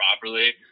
properly